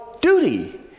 duty